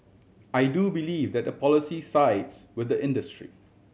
I do believe that the policy sides with the industry